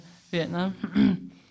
Vietnam